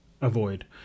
avoid